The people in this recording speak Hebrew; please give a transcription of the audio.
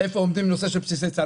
איפה עומד הנושא של בסיסי צה"ל.